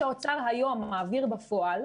הסכום שהאוצר היום מעביר בפועל,